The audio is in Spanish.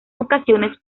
ocasiones